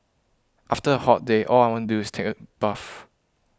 after a hot day all I want to do is take a bath